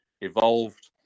evolved